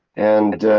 and.